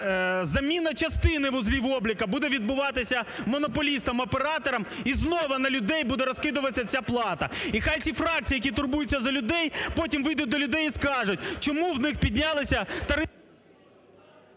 Заміна частини вузлів обліку буде відбуватись монополістом-оператором і знову на людей буде розкидатись ця плата. І хай ці фракції, які турбуються за людей, потім вийдуть до людей і скажуть, чому у них піднялись тарифи…